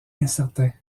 incertain